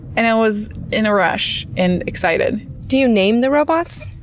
and i was in a rush and excited. do you name the robots?